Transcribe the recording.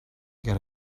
get